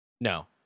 No